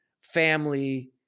family